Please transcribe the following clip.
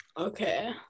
Okay